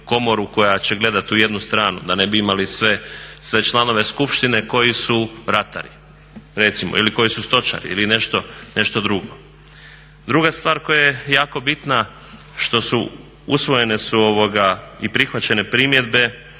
komoru koja će gledat u jednu stranu, da ne bi imali sve članove skupštine koji su ratari recimo ili koji su stočari ili nešto drugo. Druga stvar koja je jako bitna što su usvojene su i prihvaćene primjedbe